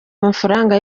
amafaranga